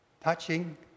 touching